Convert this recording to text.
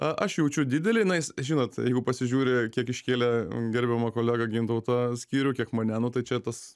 aš jaučiu didelį na jis žinot jeigu pasižiūri kiek iškėlė gerbiamą kolegą gintautą skyrių kiek mane nu tai čia tas